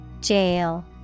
Jail